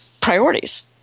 priorities